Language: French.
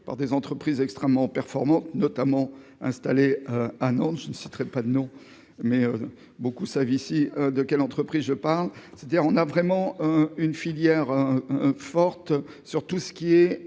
par des entreprises extrêmement performant notamment installé annonce je ne citerai pas de noms mais beaucoup savent ici de quelle entreprise je parle, c'est-à-dire on a vraiment une filière un un forte sur tout ce qui est